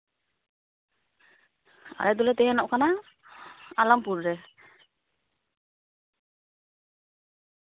ᱟᱞᱮ ᱫᱚᱞᱮ ᱛᱟᱦᱮᱱᱚᱜ ᱠᱟᱱᱟ ᱟᱞᱟᱢᱯᱩᱨ ᱨᱮ